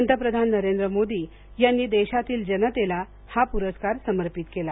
पंतप्रधान नरेंद्र मोदी यांनी देशातील जनतेला हा पुरस्कार समर्पित केला